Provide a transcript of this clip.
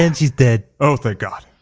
and she's dead. oh, thank god!